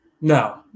No